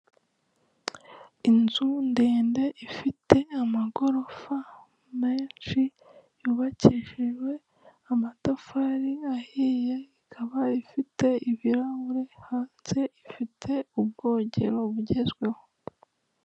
Inzu ndende ifite amagorofa menshi yubakishijwe amatafari ahiye ikaba ifite ibirahure hanze ifite ubwogero bugezweho.